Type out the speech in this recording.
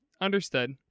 understood